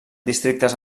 districtes